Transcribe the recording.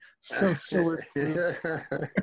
socialist